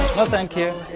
well, thank you.